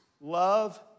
love